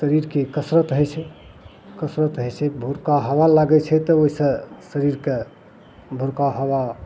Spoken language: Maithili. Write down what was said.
शरीरके कसरत होइ छै कसरत होइ छै भोरका हवा लागय छै तऽ ओइसँ शरीरके भोरका हवा